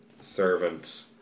Servant